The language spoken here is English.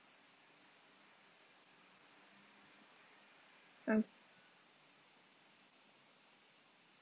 um